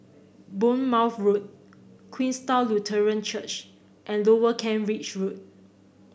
Bournemouth Road Queenstown Lutheran Church and Lower Kent Ridge Road